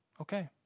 Okay